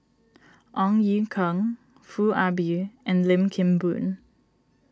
Ong Ye Kung Foo Ah Bee and Lim Kim Boon